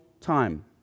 time